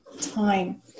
time